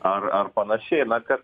ar ar panašiaina kad